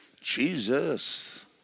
Jesus